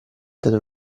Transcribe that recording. dato